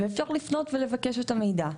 ואפשר לפנות ולבקש את המידע.